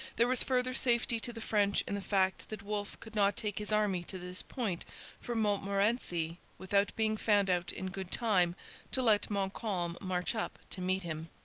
there was further safety to the french in the fact that wolfe could not take his army to this point from montmorency without being found out in good time to let montcalm march up to meet him.